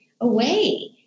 away